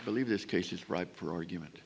believe this case is ripe for argument